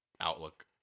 outlook